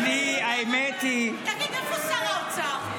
תגיד, איפה השר האוצר?